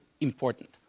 important